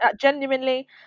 genuinely